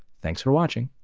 thanks for watching!